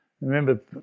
remember